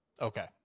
Okay